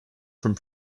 from